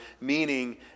meaning